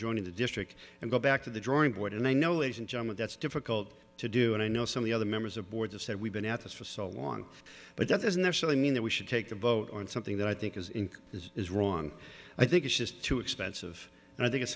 joining the district and go back to the drawing board and i know ladies and gentlemen that's difficult to do and i know some of the other members of boards of said we've been at this for so long but that doesn't actually mean that we should take a vote on something that i think is in it is wrong i think it's just too expensive and i think it's